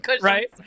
Right